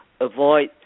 avoid